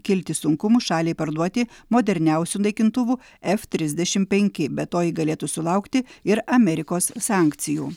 kilti sunkumų šaliai parduoti moderniausių naikintuvų f trisdešim penki be to ji galėtų sulaukti ir amerikos sankcijų